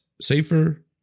safer